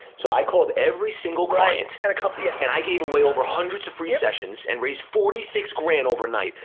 so i called every single client and a company, yeah. and i gave away over hundreds of free sessions and raised forty six grand overnight.